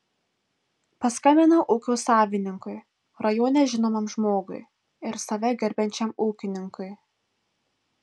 paskambinau ūkio savininkui rajone žinomam žmogui ir save gerbiančiam ūkininkui